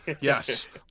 Yes